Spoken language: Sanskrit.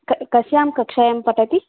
क कस्यां कक्षायां पठति